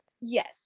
Yes